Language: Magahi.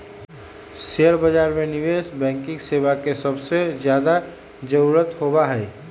शेयर बाजार में निवेश बैंकिंग सेवा के सबसे ज्यादा जरूरत होबा हई